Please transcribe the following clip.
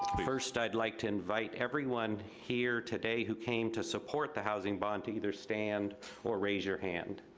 first i'd like to invite everyone here today who came to support the housing bond to either stand or raise your hand.